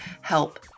help